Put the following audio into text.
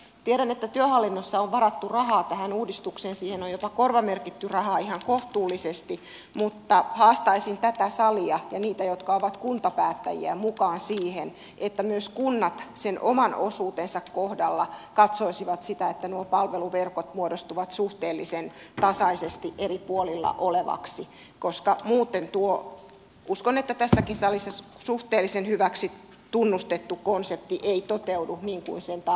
tiedän että työhallinnossa on varattu rahaa tähän uudistukseen siihen on jopa korvamerkitty rahaa ihan kohtuullisesti mutta haastaisin tätä salia ja heitä jotka ovat kuntapäättäjiä mukaan siihen että myös kunnat oman osuutensa kohdalla katsoisivat sitä että nuo palveluverkot muodostuvat suhteellisen tasaisesti eri puolilla olevaksi koska muuten tuo uskon että tässäkin salissa suhteellisen hyväksi tunnustettu konsepti ei toteudu niin kuin sen tarkoitus on